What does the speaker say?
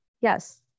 Yes